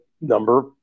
number